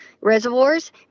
reservoirs